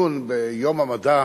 הדיון ביום המדע